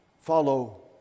follow